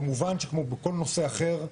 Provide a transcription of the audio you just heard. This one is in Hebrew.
כמובן שכמו בכל נושא אחר,